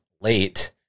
late